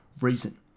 reason